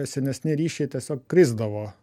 senesni ryšiai tiesiog krisdavo